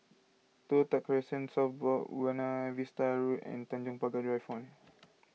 Toh Tuck Crescent South Buona Vista Road and Tanjong Pagar Drive phone